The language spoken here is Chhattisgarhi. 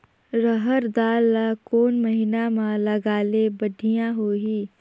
रहर दाल ला कोन महीना म लगाले बढ़िया होही?